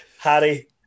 Harry